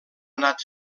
anat